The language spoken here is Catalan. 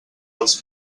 els